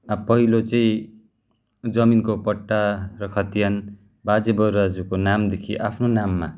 अब पहिलो चाहिँ जमिनको पट्टा र खतियान बाजे बराज्यूको नामदेखि आफ्नो नाममा